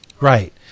Right